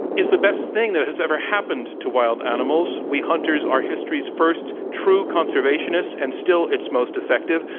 is the best thing that has ever happened to wild animals. we hunters are history's first true conservationists and still its most effective,